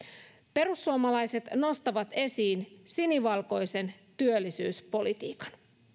perussuomalaiset nostavat esiin sinivalkoisen työllisyyspolitiikan